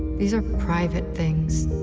these are private things,